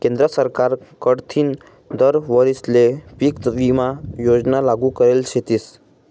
केंद्र सरकार कडथीन दर वरीसले पीक विमा योजना लागू करेल शेतीस